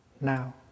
now